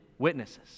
Witnesses